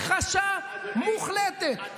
הכחשה מוחלטת.